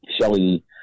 Shelley